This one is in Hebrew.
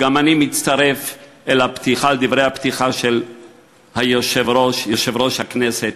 ואני גם מצטרף לדברי הפתיחה של יושב-ראש הכנסת.